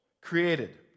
Created